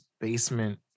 basement